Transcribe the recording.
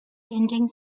ending